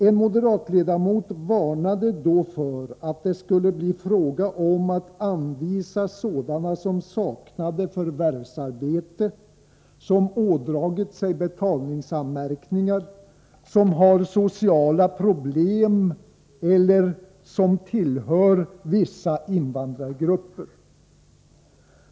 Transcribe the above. En moderatledamot varnade då för att det skulle bli fråga om att anvisa personer som saknar förvärvsarbete, som ådragit sig betalningsanmärkningar, som har sociala problem eller som tillhör vissa invandrargrupper.